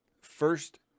first